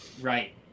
Right